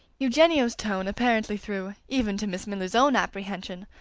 eugenio's tone apparently threw, even to miss miller's own apprehension,